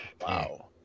Wow